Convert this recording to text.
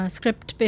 Script